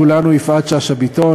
כולנו: יפעת שאשא ביטון,